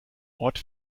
ort